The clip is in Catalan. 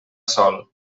sol